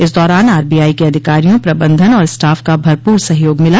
इस दौरान आरबीआई के अधिकारियों प्रबंधन और स्टाफ का भरपूर सहयोग मिला